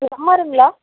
இது எம்ஆருங்களா